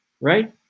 right